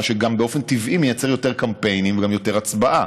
מה שגם באופן טבעי מייצר יותר קמפיינים וגם יותר הצבעה.